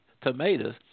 tomatoes